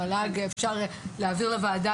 המל"ג איפשר להעביר לוועדה.